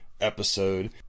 episode